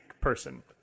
person